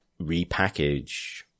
repackage